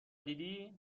دیدی